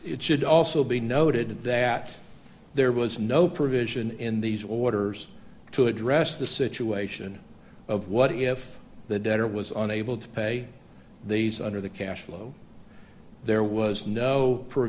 it should also be noted that there was no provision in these waters to address the situation of what if the debtor was unable to pay these under the cash flow there was no